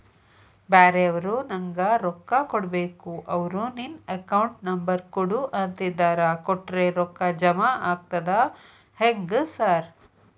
ಬ್ಯಾರೆವರು ನಂಗ್ ರೊಕ್ಕಾ ಕೊಡ್ಬೇಕು ಅವ್ರು ನಿನ್ ಅಕೌಂಟ್ ನಂಬರ್ ಕೊಡು ಅಂತಿದ್ದಾರ ಕೊಟ್ರೆ ರೊಕ್ಕ ಜಮಾ ಆಗ್ತದಾ ಹೆಂಗ್ ಸಾರ್?